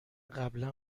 قبلا